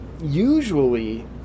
usually